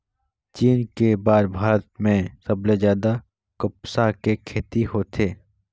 चीन के बाद भारत में सबले जादा कपसा के खेती होथे